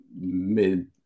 mid